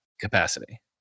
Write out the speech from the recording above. capacity